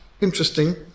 interesting